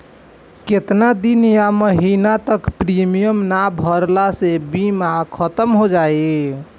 केतना दिन या महीना तक प्रीमियम ना भरला से बीमा ख़तम हो जायी?